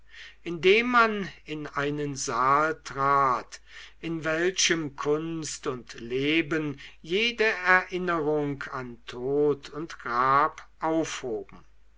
indem man in einen saal trat in welchem kunst und leben jede erinnerung an tod und grab aufhoben